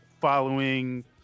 following